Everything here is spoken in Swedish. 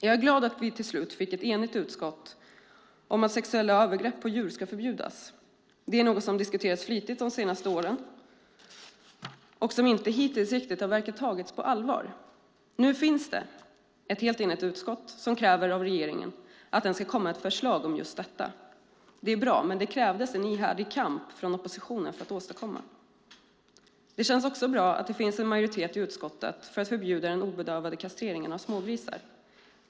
Jag är glad att vi till slut fick ett enigt utskott i frågan om att sexuella övergrepp på djur ska förbjudas. Det är något som diskuterats flitigt de senaste åren och som hittills inte riktigt verkar ha tagits på allvar. Nu finns ett helt enigt utskott som kräver av regeringen att den ska komma med förslag om just detta. Det är bra, men det krävdes en ihärdig kamp från oppositionen för att åstadkomma det. Det känns bra att det även finns majoritet i utskottet för att förbjuda kastrering av obedövade smågrisar.